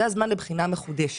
זה הזמן לבחינה מחודשת.